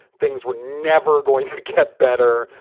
things were never going to get better.